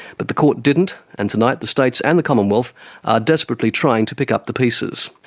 but the court didn't, and tonight the states and the commonwealth are desperately trying to pick up the pieces.